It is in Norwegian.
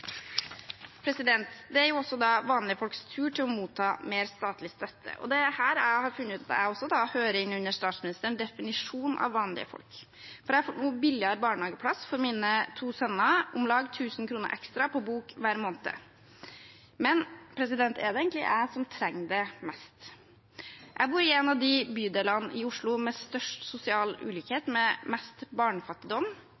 Det er jo også vanlige folks tur til å motta mer statlig støtte, og det er her jeg har funnet ut at jeg også hører inn under statsministerens definisjon av vanlige folk. Jeg får billigere barnehageplass for mine to sønner, om lag 1 000 kr ekstra på bok hver måned. Men er det egentlig jeg som trenger det mest? Jeg bor i en av bydelene i Oslo med størst sosial